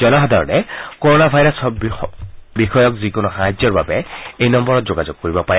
জনসাধাৰণে corona virus বিষয়ক যিকোনো সাহায্যৰ বাবে এই নম্বৰত যোগাযোগ কৰিব পাৰে